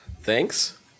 thanks